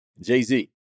Jay-Z